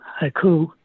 haiku